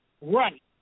Right